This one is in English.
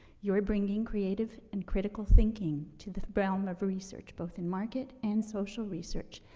you're bringing creative and critical thinking to the realm of research, both in market and social research,